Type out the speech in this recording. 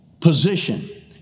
Position